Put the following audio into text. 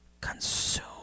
consume